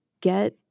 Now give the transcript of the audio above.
get